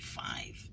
five